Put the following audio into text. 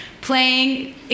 Playing